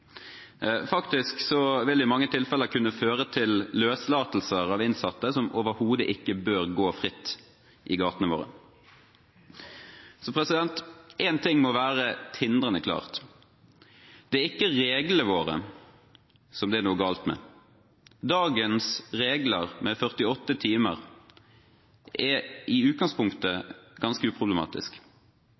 Faktisk vil de i mange tilfeller kunne føre til løslatelser av innsatte som overhodet ikke bør gå fritt i gatene våre. Så én ting må være tindrende klart: Det er ikke reglene våre det er noe galt med. Dagens regler med 48 timer er i utgangspunktet ganske